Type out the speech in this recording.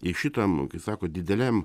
į šitam nu kai sako dideliam